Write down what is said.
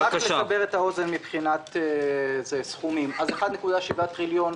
רק לסבר את האוזן מבחינת סכומים: 1.7 טריליון.